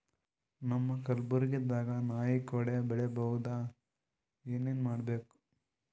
ನಮ್ಮ ಕಲಬುರ್ಗಿ ದಾಗ ನಾಯಿ ಕೊಡೆ ಬೆಳಿ ಬಹುದಾ, ಏನ ಏನ್ ಮಾಡಬೇಕು?